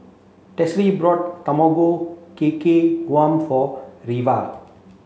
Tressie brought Tamago Kake Gohan for Reva